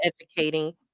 educating